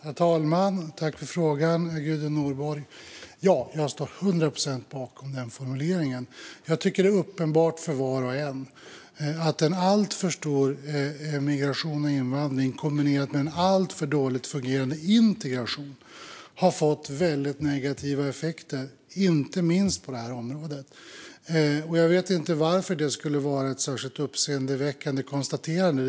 Herr talman! Tack för frågan, Gudrun Nordborg! Ja, jag står till 100 procent bakom den formuleringen. Jag tycker att det är uppenbart för var och en att en alltför stor migration och invandring kombinerat med en alltför dåligt fungerande integration har fått väldigt negativa effekter, inte minst på detta område. Jag vet inte varför det skulle vara ett särskilt uppseendeväckande konstaterande.